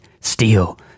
steal